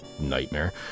nightmare